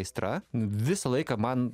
aistra visą laiką man